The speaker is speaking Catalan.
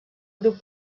grup